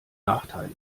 nachteile